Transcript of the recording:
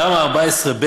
תמ"א 14ב